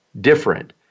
different